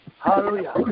Hallelujah